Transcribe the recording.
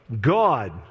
God